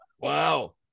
wow